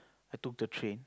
I took the train